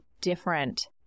different